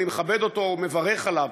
אני מכבד אותו ומברך עליו,